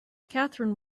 catherine